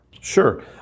Sure